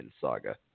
saga